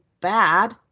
bad